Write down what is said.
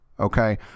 Okay